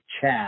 chat